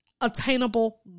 attainable